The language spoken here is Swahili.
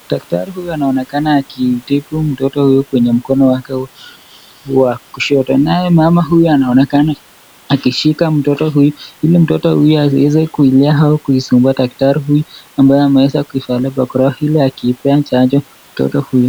Daktari anaonekana akitibu mtoto mkono wake wa kushoto naye mama anamshika mtoto ili asiweze kuilia au kusumbua daktari ambaye amevaa barakoa akimpea chanjo.